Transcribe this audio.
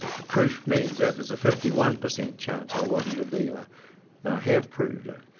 the proof means that there's a fifty one percent chance i wasn't a dealer, and i have proved it.